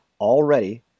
already